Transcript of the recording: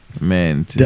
Man